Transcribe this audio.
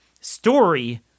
story